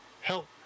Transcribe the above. Help